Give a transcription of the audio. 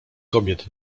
kobiet